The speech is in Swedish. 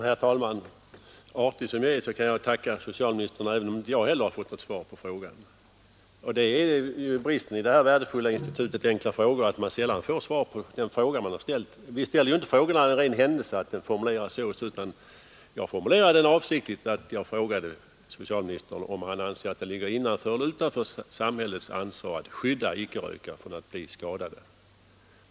Herr talman! Artig som jag är kan jag tacka socialministern — även om inte jag heller har fått något svar på min fråga. Bristen i det värdefulla institut som enkla frågor utgör är att man sällan får svar på den fråga man har ställt. Det är ju inte en ren händelse att en fråga formuleras på ett visst sätt. Jag formulerade detta avsiktligt så att jag frågade socialministern om han anser att det ligger innanför eller utanför samhällets ansvar att skydda icke-rökare från att bli skadade.